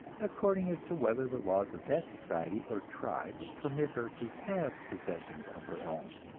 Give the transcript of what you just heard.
according as to whether the laws of that society or tribe permit her to have possessions of her own,